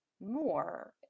more